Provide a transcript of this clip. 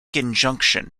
injunction